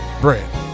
bread